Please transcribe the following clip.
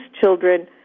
children